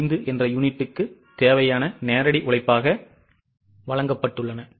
5 என்ற யூனிட்டுக்குத் தேவையான நேரடி உழைப்பாக வழங்கப்பட்டுள்ளன